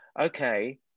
okay